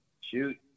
shoot